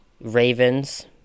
Ravens